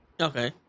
Okay